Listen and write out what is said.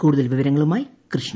കൂടുതൽ വിവരങ്ങളുമായി കൃഷ്ണ